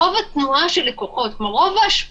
כולם פרמטרים שנוגעים